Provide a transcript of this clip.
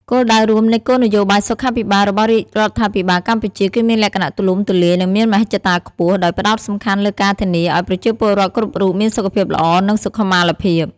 គោលដៅរួមនៃគោលនយោបាយសុខាភិបាលរបស់រាជរដ្ឋាភិបាលកម្ពុជា គឺមានលក្ខណៈទូលំទូលាយ និងមានមហិច្ឆតាខ្ពស់ ដោយផ្តោតសំខាន់លើការធានាឱ្យប្រជាពលរដ្ឋគ្រប់រូបមានសុខភាពល្អ និងសុខុមាលភាព។